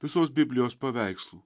visos biblijos paveikslų